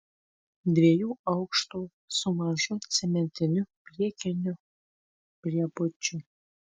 dviejų aukštų su mažu cementiniu priekiniu priebučiu